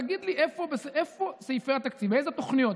תגיד לי איפה סעיפי התקציב, איזה תוכניות.